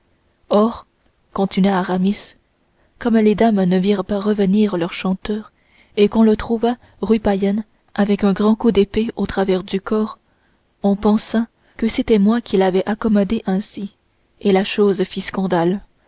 or continua aramis comme les dames ne virent pas revenir leur chanteur et qu'on le trouva rue payenne avec un grand coup d'épée au travers du corps on pensa que c'était moi qui l'avait accommodé ainsi et la chose fit scandale